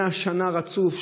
100 שנה רצוף,